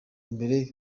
mbere